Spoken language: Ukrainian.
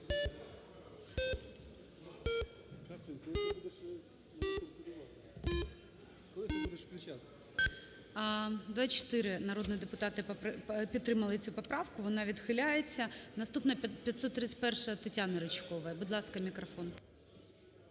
24 народних депутати підтримали цю поправку. Вона відхиляється. Наступна - 531-а ТетяниРичкової. Будь ласка, мікрофон.